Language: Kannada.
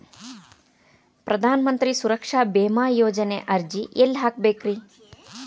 ಪ್ರಧಾನ ಮಂತ್ರಿ ಸುರಕ್ಷಾ ಭೇಮಾ ಯೋಜನೆ ಅರ್ಜಿ ಎಲ್ಲಿ ಹಾಕಬೇಕ್ರಿ?